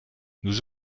nous